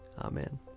Amen